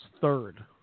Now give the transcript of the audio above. third